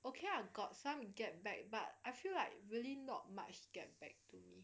okay I got some get back but I feel like really not much get back to me